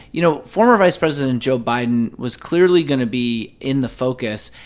you know, former vice president joe biden was clearly going to be in the focus.